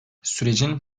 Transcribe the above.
sürecin